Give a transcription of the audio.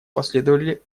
последовали